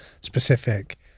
specific